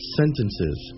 sentences